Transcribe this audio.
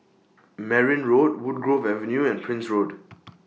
Merryn Road Woodgrove Avenue and Prince Road